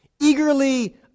eagerly